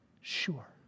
sure